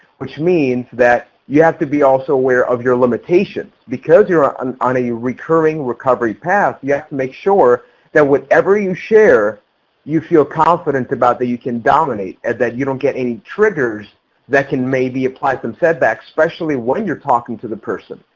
which means that you have to be also aware of your limitations. because you are ah um on a recurring recovery path, you yeah have to make sure that whatever you share you feel confident about that you can dominate and that you don't get any triggers that can maybe apply some setbacks. especially when you're talking to the person.